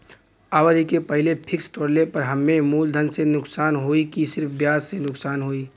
अवधि के पहिले फिक्स तोड़ले पर हम्मे मुलधन से नुकसान होयी की सिर्फ ब्याज से नुकसान होयी?